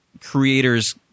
creators